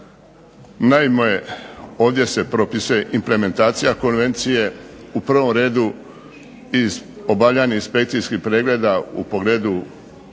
Naime, ovdje se propisuje implementacija konvencije u prvom redu iz obavljenih inspekcijskih pregleda u pogledu